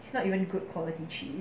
it's not even good quality cheese